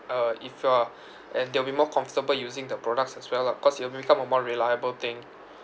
uh if you are and they'll be more comfortable using the products as well lah cause you will become a more reliable thing